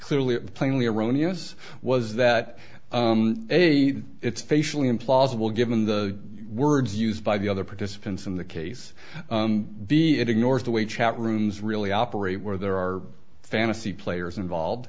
clearly plainly erroneous was that a it's facially implausible given the words used by the other participants in the case the it ignores the way chat rooms really operate where there are fantasy players involved